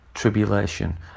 Tribulation